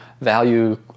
value